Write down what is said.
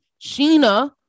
Sheena